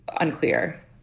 unclear